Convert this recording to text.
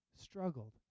struggled